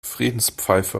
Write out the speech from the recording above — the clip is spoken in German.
friedenspfeife